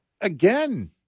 again